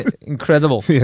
Incredible